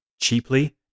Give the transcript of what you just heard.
cheaply